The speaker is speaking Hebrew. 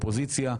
פעם אתה אופוזיציה,